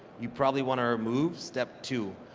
you probably want to remove step two,